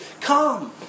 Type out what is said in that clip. come